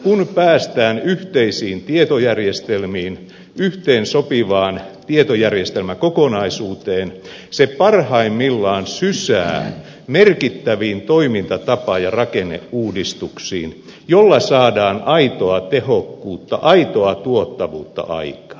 kun päästään yhteisiin tietojärjestelmiin yhteensopivaan tietojärjestelmäkokonaisuuteen se parhaimmillaan sysää merkittäviin toimintatapa ja rakenneuudistuksiin joilla saadaan aitoa tehokkuutta aitoa tuottavuutta aikaan